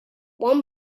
one